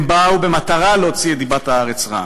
הם באו במטרה להוציא את דיבת הארץ רעה.